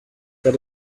got